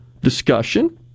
discussion